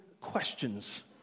questions